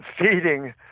feeding